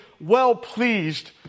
well-pleased